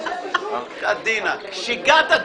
שיגעת.